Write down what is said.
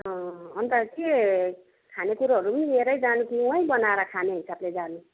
अँ अन्त के खानेकुरोहरू पनि लिएरै जाने कि वहीँ बनाएर खाने हिसाबले जाने